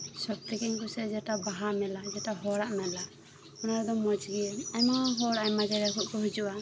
ᱥᱚᱵ ᱛᱷᱮᱠᱮᱧ ᱠᱩᱥᱤᱭᱟᱜ ᱟ ᱡᱮᱴᱟ ᱵᱟᱦᱟ ᱢᱮᱞᱟ ᱡᱮᱴᱟ ᱦᱚᱲᱟᱜ ᱢᱮᱞᱟ ᱚᱱᱟᱨᱮᱫᱚ ᱢᱚᱸᱡᱜᱤ ᱟᱭᱢᱟᱦᱚᱲ ᱟᱭᱢᱟ ᱡᱟᱭᱜᱟ ᱠᱚᱨᱮ ᱠᱷᱚᱱᱠᱚ ᱦᱤᱡᱩᱜ ᱟ